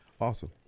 Awesome